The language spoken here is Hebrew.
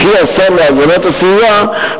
וכי השר להגנת הסביבה,